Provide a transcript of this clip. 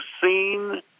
seen